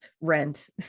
Rent